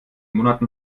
monaten